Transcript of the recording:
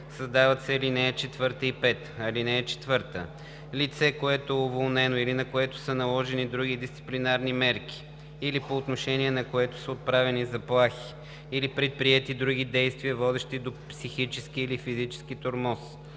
Създават се ал. 4 и 5: „(4) Лице, което е уволнено или на което са наложени други дисциплинарни мерки, или по отношение на което са отправени заплахи или предприети други действия, водещи до психически или физически тормоз,